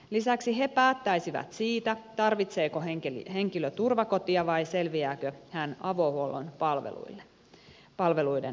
lisäksi he päättäisivät siitä tarvitseeko henkilö turvakotia vai selviääkö hän avohuollon palveluiden kanssa